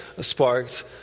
sparked